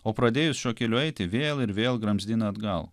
o pradėjus šiuo keliu eiti vėl ir vėl gramzdina atgal